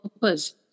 purpose